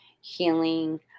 healing